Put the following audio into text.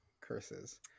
curses